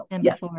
Yes